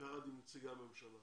ויחד עם נציגי הממשלה